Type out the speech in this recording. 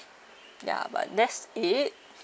ya but that's it